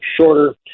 shorter